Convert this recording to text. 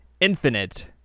Infinite